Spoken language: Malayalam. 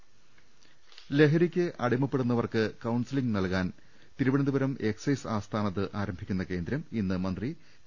ദർവ്വെട്ടറ ലഹരിക്ക് അടിമപ്പെടുന്നവർക്ക് കൌൺസലിംഗ് നൽകാൻ തിരുവനന്ത പുരം എക്സൈസ് ആസ്ഥാനത്ത് ആരംഭിക്കുന്ന കേന്ദ്രം ഇന്ന് മന്ത്രി ടി